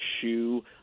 shoe